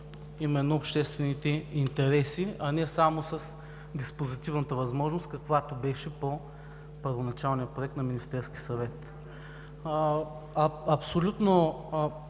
именно обществените интереси, а не само с диспозитивната възможност, каквато беше по първоначалния проект на Министерския съвет. Абсолютно